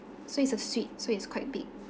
so it's a suite so it's quite big